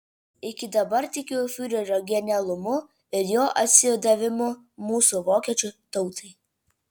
iki dabar tikiu fiurerio genialumu ir jo atsidavimu mūsų vokiečių tautai